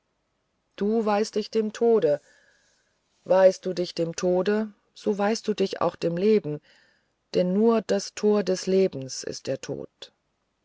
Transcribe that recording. ja dem ich mich weihe weihst du dich dem tode so weihst du dich auch dem leben denn nur das tor des lebens ist der tod